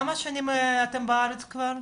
כמה שנים אתם בארץ כבר?